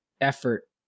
effort